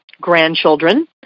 grandchildren